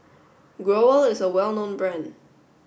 Growell is a well known brand